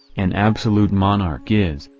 an absolute monarch is,